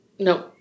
No